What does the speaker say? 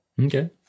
Okay